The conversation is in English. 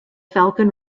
falcon